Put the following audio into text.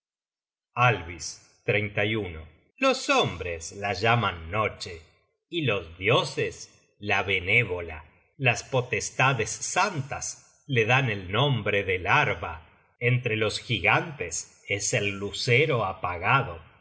bija de noerve alvis los hombres la llaman noche y los dioses la benévola las potestades santas la dan el nombre de larva entre los gigantes es el lucero apagado